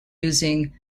using